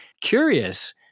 curious